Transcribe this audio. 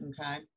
Okay